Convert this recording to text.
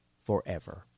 Forever